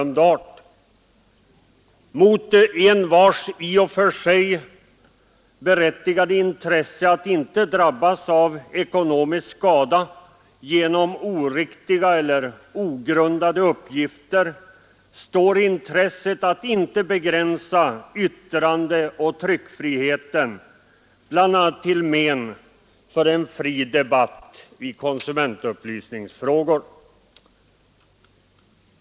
Mot envars i och för sig berättigade intresse av att inte drabbas av ekonomisk skada genom oriktiga eller ogrundade uppgifter står intresset att inte begränsa yttrandeoch tryckfriheten bl.a. till men för en fri debatt i konsumentupplysningsfrågor.